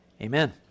amen